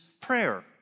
prayer